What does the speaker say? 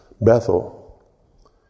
Bethel